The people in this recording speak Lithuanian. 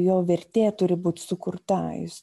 jo vertė turi būti sukurta jis